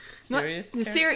Serious